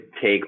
take